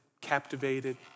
captivated